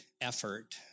effort